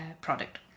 product